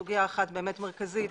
הסוגיה המרכזית